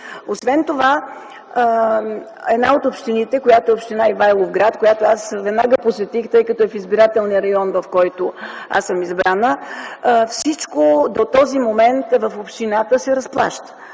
Освен това една от общините – Ивайловград, която аз веднага посетих, тъй като е в избирателния район, от който съм избрана. Всичко до този момент в общината се разплаща.